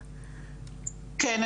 כן,